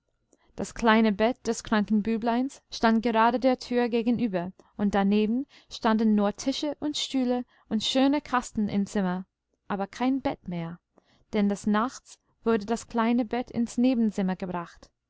das kleine bett des kranken bübleins stand gerade der tür gegenüber und daneben standen nur tische und stühle und schöne kasten im zimmer aber kein bett mehr denn des nachts wurde das kleine bett ins nebenzimmer gebracht